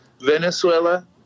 Venezuela